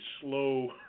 slow